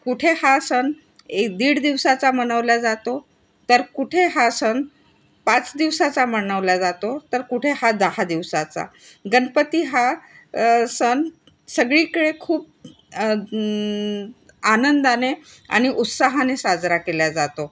कुठे हा सण एक दीड दिवसाचा मनवल्या जातो तर कुठे हा सण पाच दिवसाचा मनवल्या जातो तर कुठे हा दहा दिवसाचा गणपती हा सण सगळीकडे खूप आनंदाने आणि उत्साहाने साजरा केल्या जातो